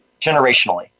generationally